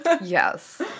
Yes